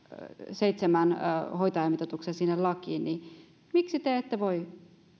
seitsemän hoitajamitoituksen lakiin miksi te ette voi